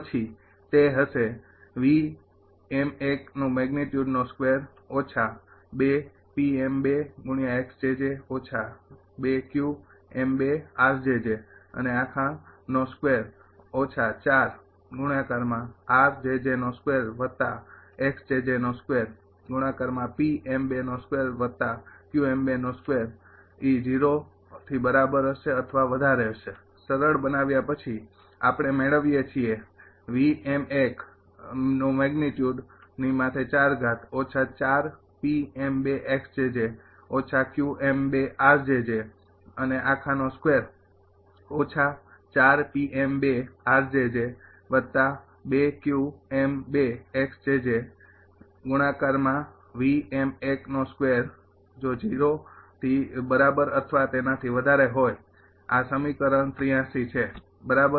પછી તે હશે સરળ બનાવ્યા પછી આપણે મેળવીએ છીએ આ સમીકરણ ૮૩ છે બરાબર